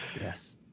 Yes